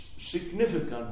significant